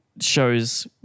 shows